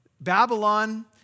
Babylon